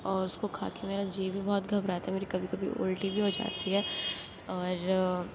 اور اس کو کھا کے میرا جی بھی بہت گھبراتا ہے میری کبھی کبھی الٹی بھی ہو جاتی ہے اور